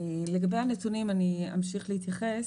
לגבי הנתונים, אמשיך להתייחס.